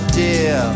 dear